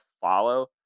follow